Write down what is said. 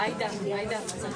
הישיבה ננעלה בשעה